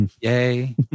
yay